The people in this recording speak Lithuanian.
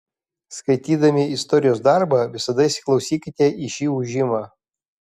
skaitydami istorijos darbą visada įsiklausykite į šį ūžimą